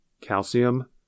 calcium